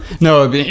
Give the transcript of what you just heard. No